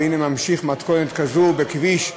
והנה, ממשיכה מתכונת כזו בכביש,